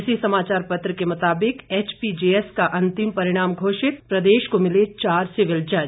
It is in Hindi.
इसी समाचार पत्र के मुताबिक एचपीजेएस का अंतिम परिणाम घोषित प्रदेश को मिले चार सिविल जज